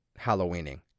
Halloweening